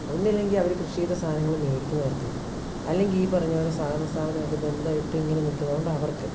ഒന്നില്ലെങ്കിൽ അവർ കൃഷി ചെയ്ത് സാധനങ്ങൾ മേടിക്കുന്നവർക്ക് അല്ലെങ്കിൽ ഈ പറഞ്ഞതുപോലെ സഹകരണ സ്ഥപനമായിട്ട് ബന്ധമായിട്ട് ഇങ്ങനെ നിൽക്കുന്നതുകൊണ്ടവർക്ക്